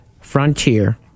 Frontier